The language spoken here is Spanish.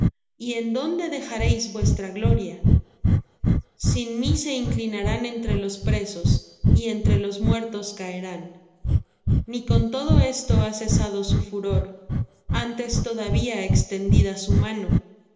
y en dónde dejaréis vuestra gloria sin mí se inclinarán entre los presos y entre los muertos caerán ni con todo esto ha cesado su furor antes todavía extendida su mano